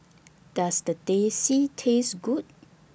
Does Teh C Taste Good